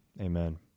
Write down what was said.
Amen